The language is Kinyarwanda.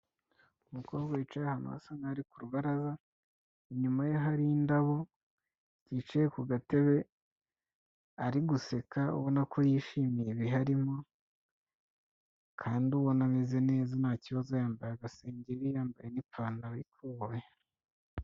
Umukobwa wicaye ahantu hasa n'aho ari ku rubaraza, inyuma ye hari indabo, wicaye ku gatebe ari guseka, ubona ko yishimira ibihe arimo kandi ubona ameze neza nta kibazo, yambaye agasengeri yambaye n'ipantaro y'ikoboyi.